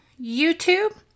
YouTube